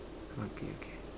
okay okay